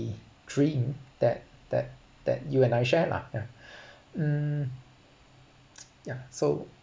dream that that that you and I share lah ya mm yeah so